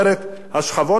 השכבות החלשות,